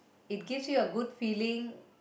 it gives you a good feeling